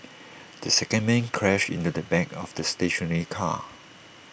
the second man crashed into the back of the stationary car